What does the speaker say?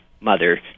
mother